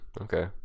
okay